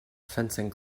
fencing